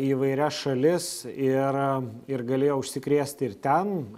į įvairias šalis ir ir galėjo užsikrėsti ir ten